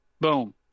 boom